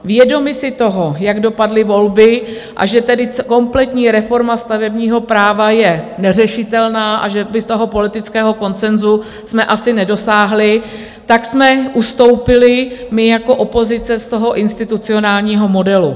Vědomi si toho, jak dopadly volby, a že tedy kompletní reforma stavebního práva je neřešitelná a že bychom politického konsenzu asi nedosáhli, jsme ustoupili my jako opozice z toho institucionálního modelu.